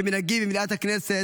כמנהגי במליאת הכנסת,